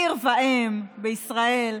עיר ואם בישראל.